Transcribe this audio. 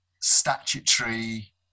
statutory